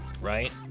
right